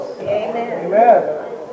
Amen